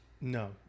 No